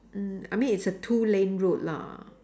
mm I mean it's a two lane road lah